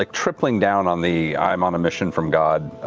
like tripling down on the i am on a mission from god,